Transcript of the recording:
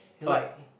it's like